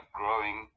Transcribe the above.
growing